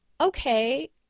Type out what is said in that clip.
okay